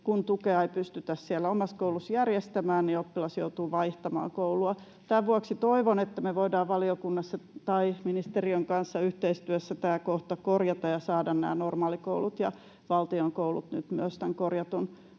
kun tukea ei pystytä siellä omassa koulussa järjestämään. Tämän vuoksi toivon, että me voidaan valiokunnassa tai ministeriön kanssa yhteistyössä tämä kohta korjata ja saada nämä normaalikoulut ja valtion koulut nyt myös tämän korjatun